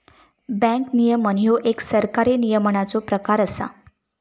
bank नियमन ह्यो एक सरकारी नियमनाचो प्रकार असा